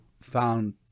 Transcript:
found